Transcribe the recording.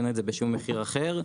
אין את זה בשום מחיר אחר.